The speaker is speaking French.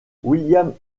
william